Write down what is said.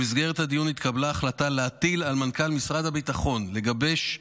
במסגרת הדיון התקבלה החלטה להטיל על מנכ"ל משרד הביטחון לגבש,